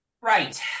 Right